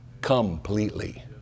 completely